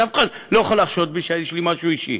אז אף אחד לא יכול לחשוד בי שיש לי משהו אישי.